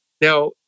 Now